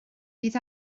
bydd